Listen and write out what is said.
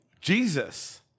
Jesus